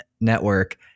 network